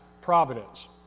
providence